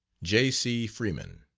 j. c. freeman.